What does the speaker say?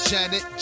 Janet